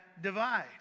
divide